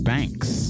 Banks